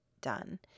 done